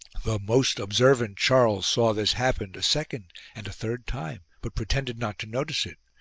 the most observant charles saw this happen a second and a third time, but pretended not to notice it,